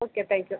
okay thank you